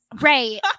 Right